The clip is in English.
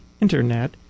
Internet